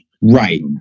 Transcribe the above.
right